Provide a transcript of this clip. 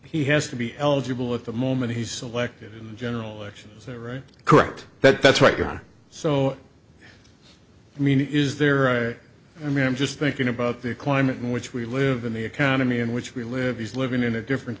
he has to be eligible at the moment he's selected general elections the right correct that's what you're on so i mean is there i mean i'm just thinking about the climate in which we live in the economy in which we live he's living in a different